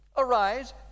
arise